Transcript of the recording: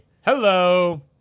Hello